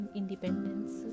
independence